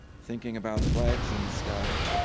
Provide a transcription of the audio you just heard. thinking about flags in the sky,